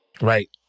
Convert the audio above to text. Right